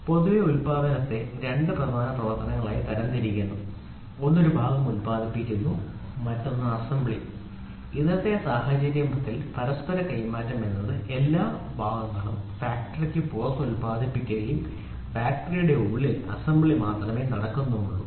പൊതുവെ ഉൽപാദനത്തെ 2 പ്രധാന പ്രവർത്തനങ്ങളായി തരംതിരിക്കുന്നു ഒന്ന് ഒരു ഭാഗം ഉൽപാദിപ്പിക്കുന്നു മറ്റൊന്ന് അസംബ്ലി ആണ് ഇന്നത്തെ സാഹചര്യമാണ് പരസ്പര കൈമാറ്റം എന്നത് എല്ലാ ഭാഗങ്ങളും ഫാക്ടറിക്ക് പുറത്ത് ഉൽപാദിപ്പിക്കുന്നത് ഫാക്ടറിയുടെ ഉള്ളിൽ അസംബ്ലി മാത്രമേ നടക്കൂ